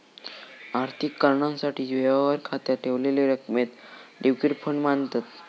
आर्थिक कारणासाठी, व्यवहार खात्यात ठेवलेल्या रकमेक लिक्विड फंड मांनतत